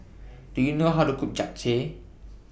Do YOU know How to Cook Japchae